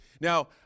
Now